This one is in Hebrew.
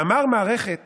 מאמר מערכת